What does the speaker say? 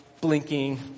blinking